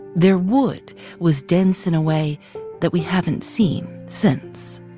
their wood was dense in a way that we haven't seen since.